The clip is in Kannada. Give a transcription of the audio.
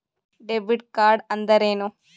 ಡೆಬಿಟ್ ಕಾರ್ಡ್ಅಂದರೇನು?